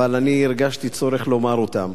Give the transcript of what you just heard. אבל אני הרגשתי צורך לומר אותם.